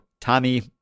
Tommy